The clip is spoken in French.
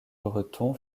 breton